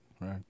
right